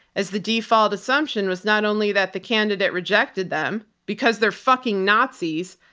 as the default assumption was not only that the candidate rejected them because they're fucking nazis,